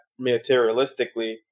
materialistically